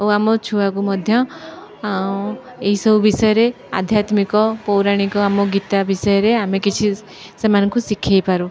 ଓ ଆମ ଛୁଆକୁ ମଧ୍ୟ ଏଇସବୁ ବିଷୟରେ ଆଧ୍ୟାତ୍ମିକ ପୌରାଣିକ ଆମ ଗୀତା ବିଷୟରେ ଆମେ କିଛି ସେମାନଙ୍କୁ ଶିଖେଇ ପାରୁ